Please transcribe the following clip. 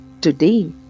Today